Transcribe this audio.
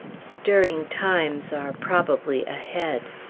stirring times are probably ahead.